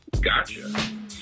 Gotcha